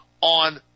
on